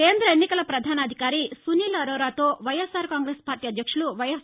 కేంద్ర ఎన్నికల పధాన అధికారి సునీల్ అరోరా తో వైఎస్సార్ కాంగ్రెస్ పార్టీ అధ్యక్షులు వైఎస్